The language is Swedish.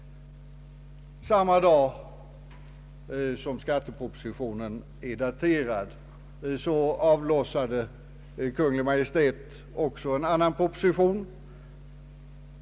Samma dag som skattepropositionen är daterad avlossade Kungl. Maj:t också en anna proposition.